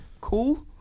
Cool